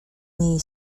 niej